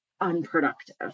unproductive